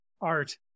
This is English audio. Art